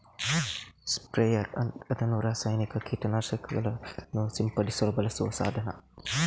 sprayer ಅನ್ನುದು ರಾಸಾಯನಿಕ ಕೀಟ ನಾಶಕಗಳನ್ನ ಸಿಂಪಡಿಸಲು ಬಳಸುವ ಸಾಧನ